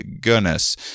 goodness